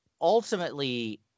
ultimately